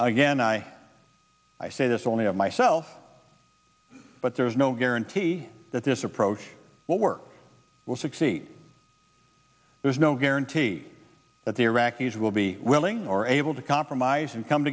again i say this only of myself but there is no guarantee that this approach will work will succeed there's no guarantee that the iraqis will be willing or able to compromise and come